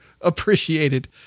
appreciated